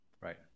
Right